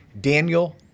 Daniel